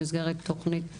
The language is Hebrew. במסגרת תוכנית זאת,